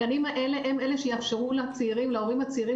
הגנים האלה הם אלה שיאפשרו להורים הצעירים